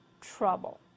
trouble